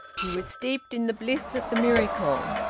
he was steeped in the bliss of the miracle.